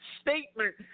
statement